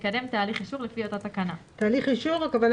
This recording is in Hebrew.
לקדם תהליך אישור לפי אותה תקנה," "תהליך אישור" הכוונה